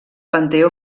panteó